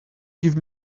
give